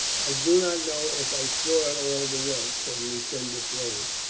i do not know if i saw it all the way, said lu cinda slowly.